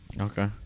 Okay